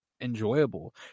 enjoyable